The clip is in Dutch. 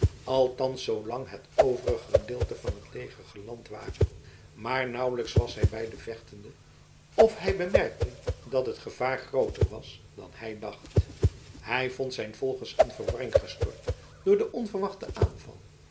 althans tot zoolang het overige gedeelte van het leger geland ware maar nauwelijks was hij bij de vechtenden of hij bemerkte dat het gevaar grooter was dan hij dacht hij vond zijn volgers in verwarring gestort door den onverwachten aanval